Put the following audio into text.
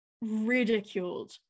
ridiculed